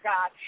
God